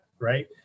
right